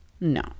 no